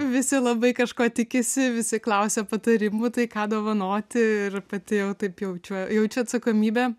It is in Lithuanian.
visi labai kažko tikisi visi klausia patarimų tai ką dovanoti ir pati jau taip jaučiu jaučiu atsakomybę